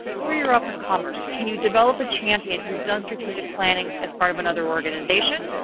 who are your up and comers? can you develop a champion who's done strategic planning as part of another organization?